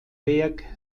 werk